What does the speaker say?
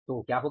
तो क्या होगा